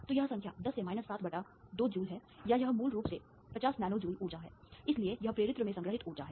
तो यह संख्या 10 से 7 बटा 2 जूल है या यह मूल रूप से 50 नैनो जूल ऊर्जा है इसलिए यह प्रेरित्र में संग्रहीत ऊर्जा है